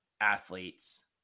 athletes